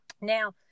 Now